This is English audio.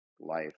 life